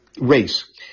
race